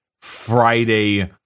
Friday